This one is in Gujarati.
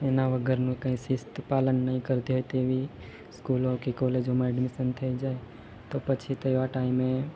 એના વગરની કંઈ શિસ્ત પાલન ન કરતી હોય તેવી સ્કૂલો કે કોલેજોમાં એડમિશન થઈ જાય તો પછી તેવા ટાઈમે